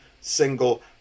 single